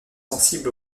sensibles